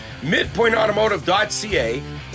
MidpointAutomotive.ca